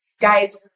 Guys